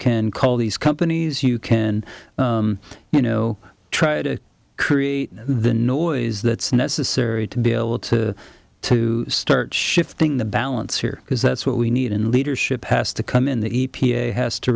can call these companies you can you know try to create the noise that's necessary to be able to to start shifting the balance here because that's what we need in leadership has to come in the e p a has to